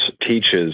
teaches